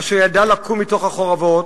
אשר ידע לקום מתוך החורבות,